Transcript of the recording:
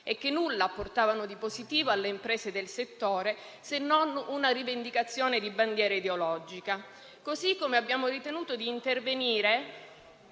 e che nulla portavano di positivo alle imprese del settore, se non una rivendicazione di bandiera ideologica. Così come abbiamo ritenuto di intervenire